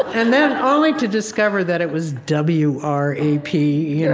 and then only to discover that it was w r a p. yeah